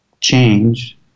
change